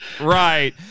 Right